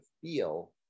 feel